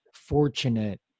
fortunate